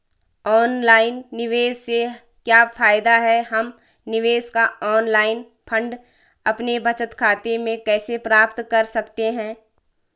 Online निवेश से क्या फायदा है हम निवेश का ऑनलाइन फंड अपने बचत खाते में कैसे प्राप्त कर सकते हैं?